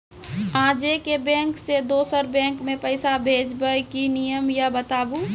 आजे के बैंक से दोसर बैंक मे पैसा भेज ब की नियम या बताबू?